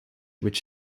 which